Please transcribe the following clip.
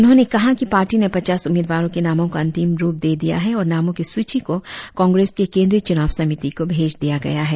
उन्होंने कहा कि पार्टी ने पचास उम्मीदवारों के नामों को अंतीम रुप दे दिया है और नामों के सूची को कांग्रेस के केंद्रीय चुनाव समिति को भेज दिया गया है